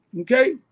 Okay